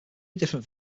different